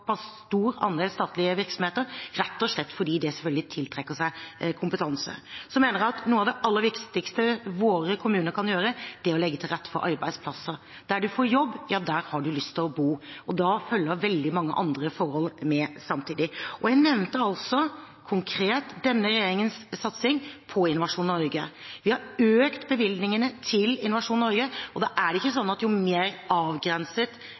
stor andel statlige virksomheter – rett og slett fordi det tiltrekker seg kompetanse. Videre mener jeg at noe av det aller viktigste våre kommuner kan gjøre, er å legge til rette for arbeidsplasser. Der man får jobb, ja der har man lyst til å bo. Og da følger veldig mange andre forhold med samtidig. Jeg nevnte konkret denne regjeringens satsing på Innovasjon Norge. Vi har økt bevilgningene til Innovasjon Norge, og da er det ikke sånn at jo mer avgrenset